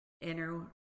inner